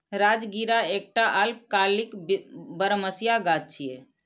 राजगिरा एकटा अल्पकालिक बरमसिया गाछ छियै